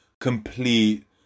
complete